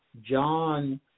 John